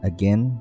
Again